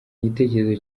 igitekerezo